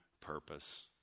purpose